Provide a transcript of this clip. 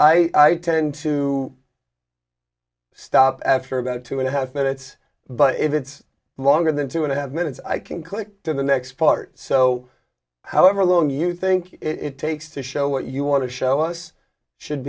i tend to stop after about two and a half minutes but if it's longer than two and a half minutes i can click to the next part so however long you think it takes to show what you want to show us should